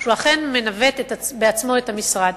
שהוא אכן מנווט בעצמו את המשרד.